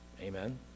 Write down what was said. Amen